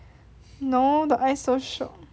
no the ice so shiok